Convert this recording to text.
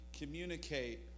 communicate